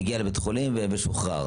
הגיע לבית החולים ושוחרר.